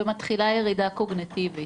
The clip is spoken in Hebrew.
ירידה קוגניטיבית.